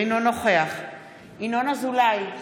אינו נוכח ינון אזולאי,